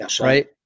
right